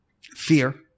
fear